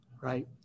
right